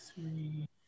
three